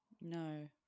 no